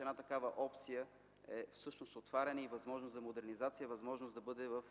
Една такава опция е всъщност отваряне и възможност за модернизация, възможност да бъде в